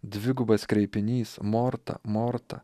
dvigubas kreipinys morta morta